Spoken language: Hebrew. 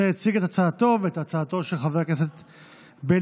שהציג את הצעתו ואת הצעתו של חבר הכנסת בליאק.